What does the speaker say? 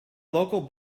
local